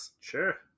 Sure